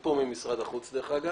מי פה ממשרד החוץ, דרך אגב?